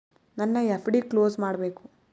ನನ್ನ FD close ಮಾಡಬೇಕು